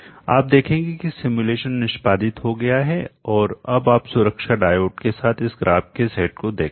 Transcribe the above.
आप देखेंगे कि सिमुलेशन निष्पादित हो गया है और अब आप सुरक्षा डायोड के साथ इस ग्राफ के सेट को देखते हैं